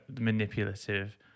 manipulative